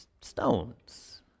Stones